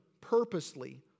purposely